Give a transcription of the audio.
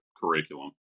curriculum